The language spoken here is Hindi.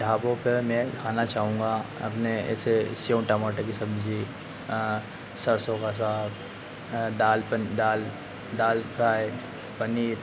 ढाबों पे मैं खाना चाहूंगा अपने ऐसे सेऊ टमाटर की सब्जी सरसों का साग दाल बन दाल दाल फ्राई पनीर